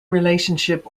relationship